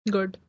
Good